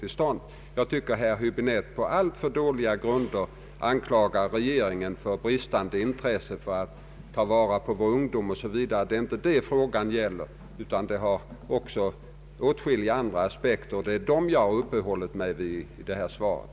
Jag anser att herr Häbinette på alltför svaga grunder anklagar regeringen för bristande intresse för att skydda och ta vara på vår egen ungdom. Det är inte det frågan gäller. Den innehåller åtskilliga andra aspekter, och det är dem jag uppehållit mig vid i svaret.